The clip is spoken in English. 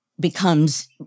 becomes